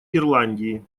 ирландии